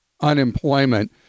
unemployment